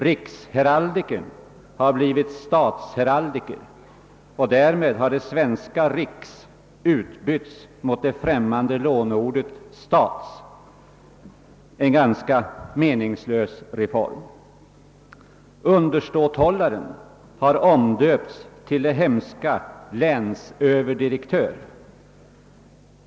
Riksheraldikern har blivit statsheraldikern, och därmed har det svenska ordet riks utbytts mot det främmande låneordet stats, en ganska meningslös reform. Underståthållaren har omdöpts till det hemska länsöverdirektör.